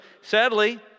sadly